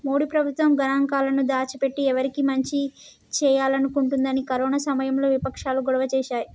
మోడీ ప్రభుత్వం గణాంకాలను దాచి పెట్టి ఎవరికి మంచి చేయాలనుకుంటుందని కరోనా సమయంలో వివక్షాలు గొడవ చేశాయి